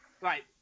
Right